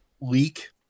leak